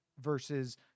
versus